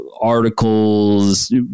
articles